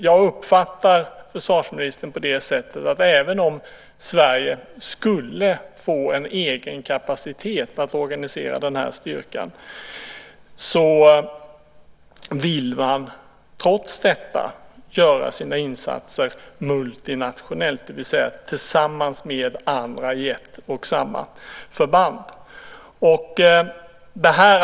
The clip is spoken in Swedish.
Jag uppfattar försvarsministern så att även om Sverige skulle få egen kapacitet att organisera styrkan vill man trots detta göra insatser multinationellt, det vill säga tillsammans med andra i ett och samma förband.